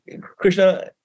Krishna